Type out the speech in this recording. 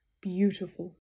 Beautiful